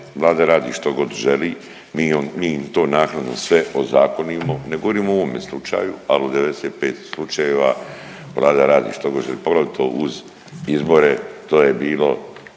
Vlada radi što god želi, mi im to naknadno sve ozakonimo, ne govorim o ovome slučaju, al u 95 slučajeva Vlada radi što god …, poglavito uz izbore to je bilo